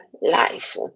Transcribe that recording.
life